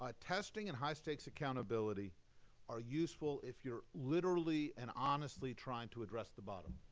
ah testing and high stakes accountability are useful if you're literally and honestly trying to address the bottom.